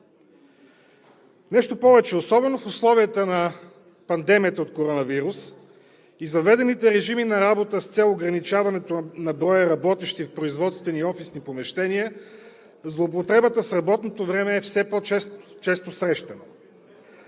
Нещо повече, особено в условията на пандемията от коронавирус и с въведените режими на работа с цел ограничаването на броя работещи в производствени и офисни помещения, злоупотребата с работното време е все по-често срещано.